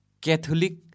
Catholic